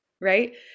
right